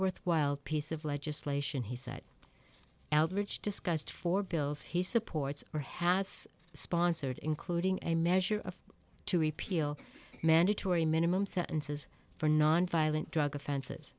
worthwhile piece of legislation he set out rich discussed for bills he supports or has sponsored including a measure of to repeal mandatory minimum sentences for nonviolent drug offens